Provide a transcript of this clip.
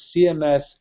CMS